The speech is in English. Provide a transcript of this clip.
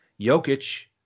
Jokic